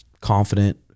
confident